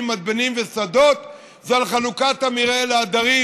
מתבנים ושדות זה על חלוקת המרעה לעדרים,